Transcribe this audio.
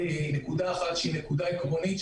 עקרונית,